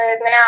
now